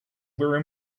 were